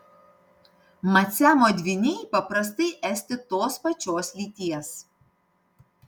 mat siamo dvyniai paprastai esti tos pačios lyties